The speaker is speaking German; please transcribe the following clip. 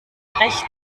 rechts